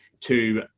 to,